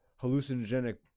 hallucinogenic